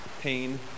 pain